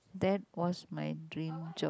that was my dream job